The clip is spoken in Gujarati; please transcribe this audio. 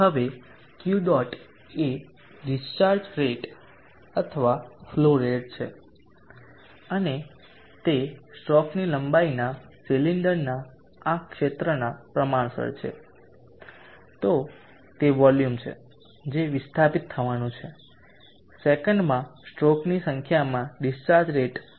હવે Q ડોટ એ ડિસ્ચાર્જ રેટ અથવા ફ્લો રેટ છે અને તે સ્ટ્રોક લંબાઈના સિલિન્ડરના આ ક્ષેત્રના પ્રમાણસર છે તે તે વોલ્યુમ છે જે તે વિસ્થાપિત થવાનું છે સેકન્ડમાં સ્ટ્રોકની સંખ્યામાં ડીસ્ચાર્જ રેટ હશે